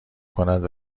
کند